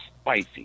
spicy